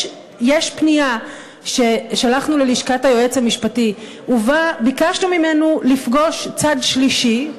יש פנייה ששלחנו ללשכת היועץ המשפטי ובה ביקשנו ממנו לפגוש צד שלישי,